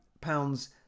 pounds